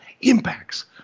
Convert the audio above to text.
impacts